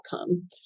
outcome